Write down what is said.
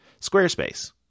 Squarespace